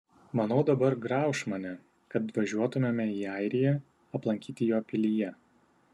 manau dabar grauš mane kad važiuotumėme į airiją aplankyti jo pilyje